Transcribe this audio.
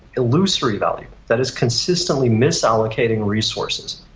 illusory value that is consistently misallocating resources,